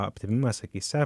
aptemimas akyse